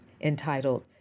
entitled